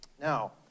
Now